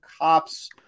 cops